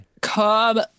Come